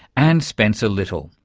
and spencer little,